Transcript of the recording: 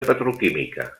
petroquímica